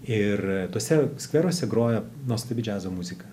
ir tuose skveruose grojo nuostabi džiazo muzika